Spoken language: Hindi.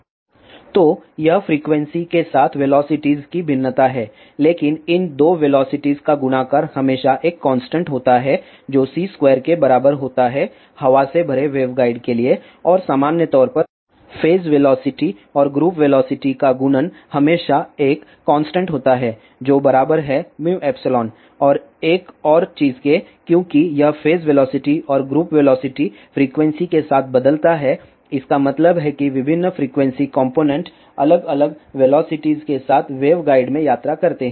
तो यह फ्रीक्वेंसी के साथ वेलोसिटीज की भिन्नता है लेकिन इन 2 वेलोसिटीज का गुणाकर हमेशा एक कांस्टेंट होता है जो c2 के बराबर होता है हवा से भरे वेवगाइड के लिए और सामान्य तौर पर फेज वेलोसिटी और ग्रुप वेलोसिटी का गुणन हमेशा एक कांस्टेंट होता है जो बराबर है μϵ और एक और चीज़ के क्योंकि यह फेज वेलोसिटी और ग्रुप वेलोसिटी फ्रीक्वेंसी के साथ बदलता है इसका मतलब है कि विभिन्न फ्रीक्वेंसी कॉम्पोनेन्ट अलग अलग वेलोसिटीज के साथ वेवगाइड में यात्रा करते हैं